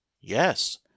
Yes